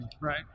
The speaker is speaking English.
Right